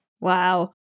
Wow